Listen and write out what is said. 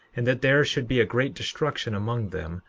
and that there should be a great destruction among them,